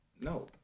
no